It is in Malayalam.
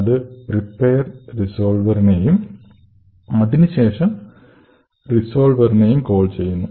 അത് പ്രിപ്പെയർ റിസോൾവെർ നെയും അതിനു ശേഷം റിസോൾവെറിനെയും കോൾ ചെയ്യുന്നു